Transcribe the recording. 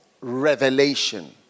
revelation